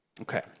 Okay